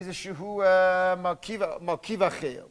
איזה שהוא מרכיב, מרכיב אחר.